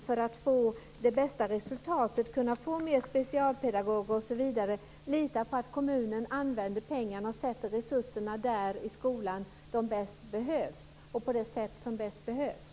För att få det bästa resultatet - fler specialpedagoger osv. - litar vi i stället på att kommunerna sätter in resurserna i skolan där de bäst behövs.